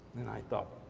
and i thought,